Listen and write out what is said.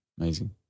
amazing